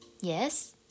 Yes